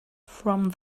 from